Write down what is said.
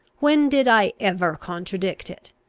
when did i ever contradict it?